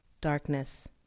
darkness